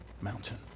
mountain